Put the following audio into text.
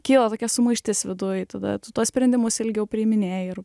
kyla tokia sumaištis viduj tada tuos sprendimus ilgiau priiminėji ir